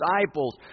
disciples